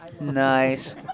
Nice